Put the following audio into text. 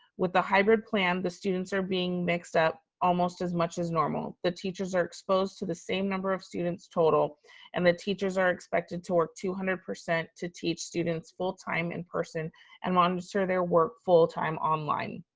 with the hybrid plan, the students are being mixed up almost as much as normal. normal. the teachers are exposed to the same number of students total and the teachers are expected to work two hundred percent to teach students full time in person and monitor their work full time online.